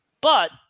But-